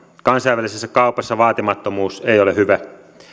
kansainvälisessä kaupassa vaatimattomuus ei ole hyve